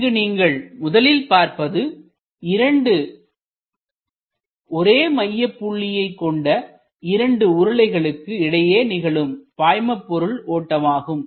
இங்கு நீங்கள் முதலில் பார்ப்பது 2 ஒரே மையப்புள்ளி கொண்ட இரண்டு உருளைகளுக்கு இடையே நிகழும் பாய்மபொருள் ஓட்டமாகும்